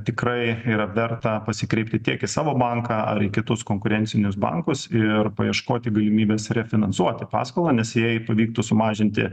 tikrai yra verta pasikreipti tiek į savo banką ar į kitus konkurencinius bankus ir paieškoti galimybės refinansuoti paskolą nes jei pavyktų sumažinti